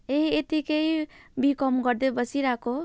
ए यत्तिकै बी कम गर्दै बसिरहेको